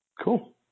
Cool